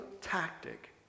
tactic